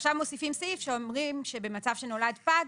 עכשיו מוסיפים סעיף ואומרים שבמצב שנולד פג,